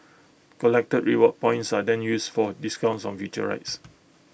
collected reward points are then used for discounts on future rides